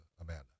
Amanda